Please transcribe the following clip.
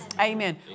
Amen